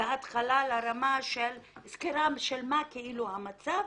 לרמה של קבלת סקירה לגבי המצב,